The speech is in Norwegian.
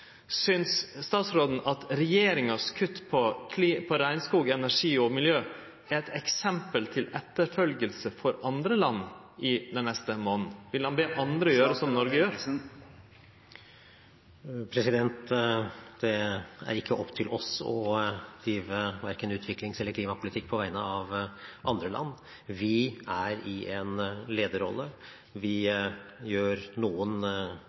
Synest statsråden at regjeringas kutt på regnskog, energi og miljø er eit eksempel til etterfølging for andre land i den neste månaden? Vil han be andre gjere som Noreg? Det er ikke opp til oss å drive verken utviklingspolitikk eller klimapolitikk på vegne av andre land. Vi er i en lederrolle. Vi